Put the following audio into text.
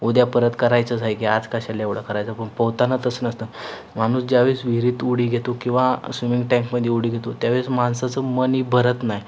उद्या परत करायचंच आहे की आज कशाला एवढा करायचं पण पोहतानाच नसतं माणूस ज्या वेळेस विहिरीत उडी घेतो किंवा स्विमिंग टँकमध्ये उडी घेतो त्या वेळेस माणसाचं मनही भरत नाही